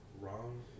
Wrong